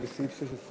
אדוני היושב-ראש,